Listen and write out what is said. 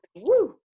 Woo